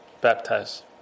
Baptize